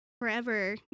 forever